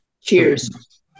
Cheers